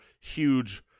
huge